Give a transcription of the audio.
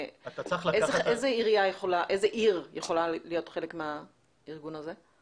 איזה עיר יכולה להיות חלק מהארגון הזה?